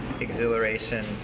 exhilaration